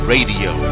Radio